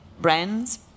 brands